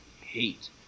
hate